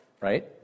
right